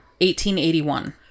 1881